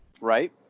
right